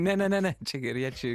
ne ne ne ne čia geriečiai